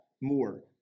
more